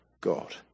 God